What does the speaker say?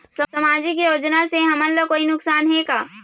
सामाजिक योजना से हमन ला कोई नुकसान हे का?